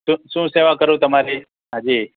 શું શું સેવા કરું તમારી જી